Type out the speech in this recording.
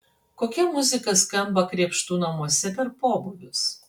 kokia muzika skamba krėpštų namuose per pobūvius